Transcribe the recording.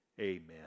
amen